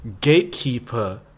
gatekeeper